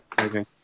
Okay